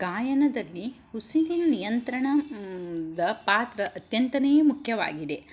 ಗಾಯನದಲ್ಲಿ ಉಸಿರಿನ ನಿಯಂತ್ರಣ ದ ಪಾತ್ರ ಅತ್ಯಂತ ಮುಖ್ಯವಾಗಿದೆ